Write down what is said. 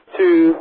two